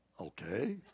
okay